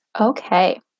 Okay